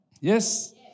Yes